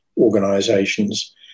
organisations